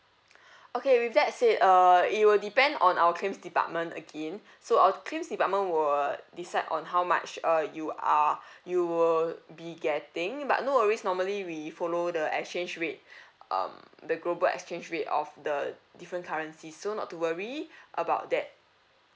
okay with that said uh it will depend on our claims department again so our claims department will decide on how much uh you are you will be getting but no worries normally we follow the exchange rate um the global exchange rate of the different currency so not to worry about that